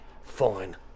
fine